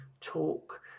talk